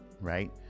right